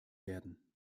werden